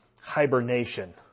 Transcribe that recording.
hibernation